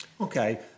Okay